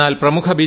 എന്നാൽ പ്രമുഖ ബി